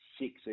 six